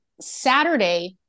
Saturday